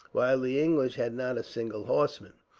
while the english had not a single horseman.